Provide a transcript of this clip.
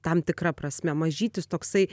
tam tikra prasme mažytis toksai